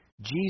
Jesus